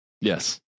Yes